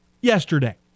yesterday